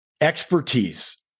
expertise